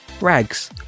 Rags